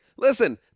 Listen